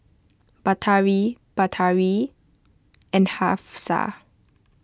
Batari Batari and Hafsa